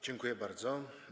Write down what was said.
Dziękuję bardzo.